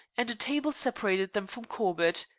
and a table separated them from corbett,